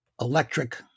electric